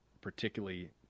particularly